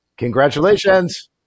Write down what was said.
Congratulations